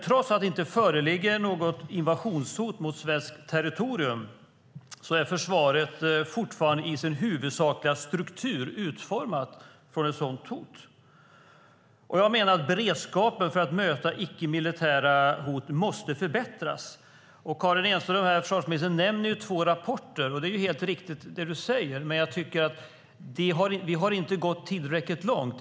Trots att det inte föreligger något invasionshot mot svenskt territorium är försvaret fortfarande i sin huvudsakliga struktur utformat för ett sådant hot. Jag menar att beredskapen för att möta icke-militära hot måste förbättras. Försvarsminister Karin Enström nämner två rapporter, och vad hon säger är helt riktigt. Men jag tycker att vi inte har gått tillräckligt långt.